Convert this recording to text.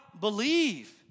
believe